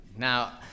Now